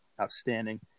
outstanding